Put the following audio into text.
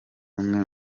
umwe